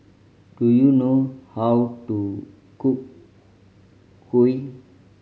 do you know how to cook kuih